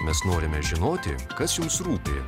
mes norime žinoti kas jums rūpi